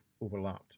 overlapped